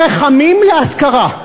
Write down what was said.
רחמים להשכרה.